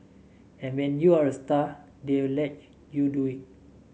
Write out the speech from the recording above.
and when you're a star they will let you do it